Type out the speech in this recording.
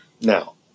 Now